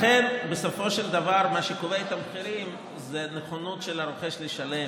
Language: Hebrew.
לכן בסופו של דבר מה שקובע את המחירים זה נכונות של הרוכש לשלם,